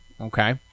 Okay